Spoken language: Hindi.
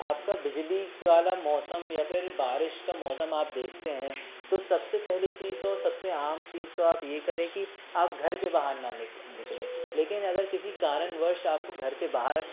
आपका बिजली वाला मौसम या फिर बारिश का मौसम आप देखते हैं तो सबसे पहली चीज़ तो सबसे आम चीज़ तो आप ये करें कि आप घर के बाहर ना निकलें लेकिन अगर किसी कारणवर्ष आपको घर के बाहर